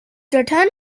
return